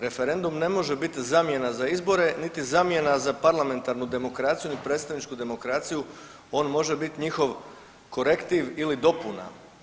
Referendum ne može biti zamjena za izbore niti zamjena za parlamentarnu demokraciju, ni predstavničku demokraciju on može biti njihov korektiv ili dopuna.